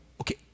Okay